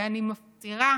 ואני מפצירה